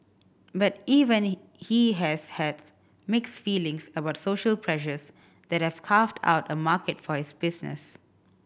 but even he has has mixed feelings about social pressures that carved out a market for his business